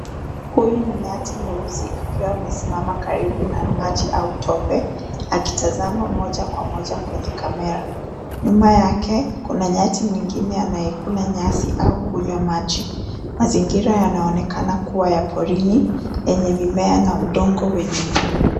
Huyu ni nyati mweusi akiwa amesimama karibu na maji au tope, akitazama moja kwa moja kwenye kamera. Nyuma yake kuna nyati mwingine anayekula nyasi au kunywa maji. Mazingira yanaonekana kuwa ya porini yenye mimea na udongo wenye unyevu.